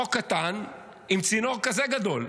חוק קטן עם צינור כזה גדול,